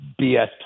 BS